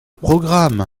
programme